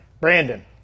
Brandon